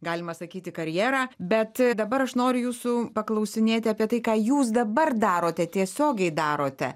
galima sakyti karjerą bet dabar aš noriu jūsų paklausinėti apie tai ką jūs dabar darote tiesiogiai darote